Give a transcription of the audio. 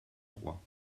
trois